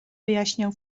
wyjaśniał